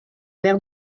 verres